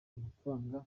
amafaranga